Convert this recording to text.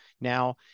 Now